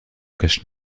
cache